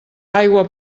aigua